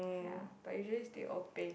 ya but usually is Teh O peng